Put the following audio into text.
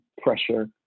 pressure